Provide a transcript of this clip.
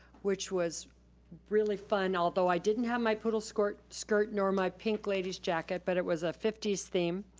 which was really fun, although i didn't have my poodle skirt skirt nor my pink ladies jacket, but it was a fifty s theme.